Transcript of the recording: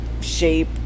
shape